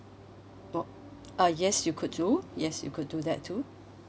oh uh yes you could do yes you could do that too